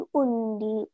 undi